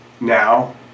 now